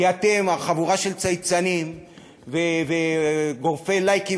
כי אתם חבורה של צייצנים וגורפי לייקים